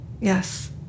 Yes